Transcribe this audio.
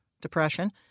depression